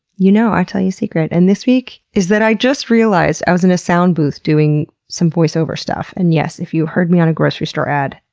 you know i tell you a secret, and this week is that i just realized, i was in a sound booth doing some voice over stuff and yes if you heard me on a grocery store ad,